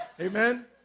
Amen